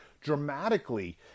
dramatically